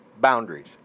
boundaries